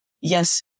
yes